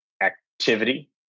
activity